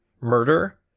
murder